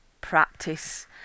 practice